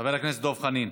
חבר הכנסת דב חנין.